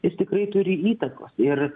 jis tikrai turi įtakos ir